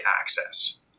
access